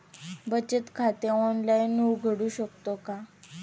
बचत खाते ऑनलाइन उघडू शकतो का?